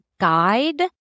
guide